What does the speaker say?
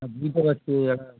হ্যাঁ বুঝতে পারছি ওই